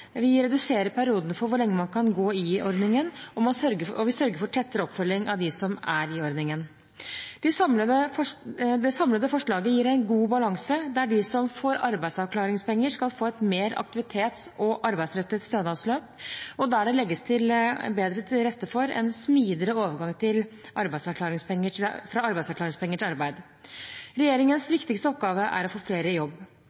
Vi reduserer perioden for hvor lenge man kan gå i ordningen, og vi sørger for tettere oppfølging av dem som er i ordningen. Det samlede forslaget gir en god balanse, der de som får arbeidsavklaringspenger, skal få et mer aktivitets- og arbeidsrettet stønadsløp, og der det legges bedre til rette for en smidigere overgang fra arbeidsavklaringspenger til arbeid. Regjeringens viktigste oppgave er å få flere i jobb.